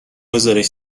بزارش